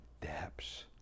depths